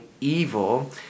evil